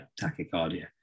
tachycardia